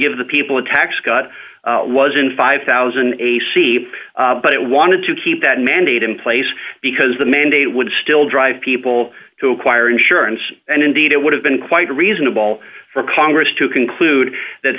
give the people a tax cut was in five thousand a c but it wanted to keep that mandate in place because the mandate would still drive people to acquire insurance and indeed it would have been quite reasonable for congress to conclude that